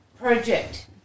project